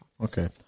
Okay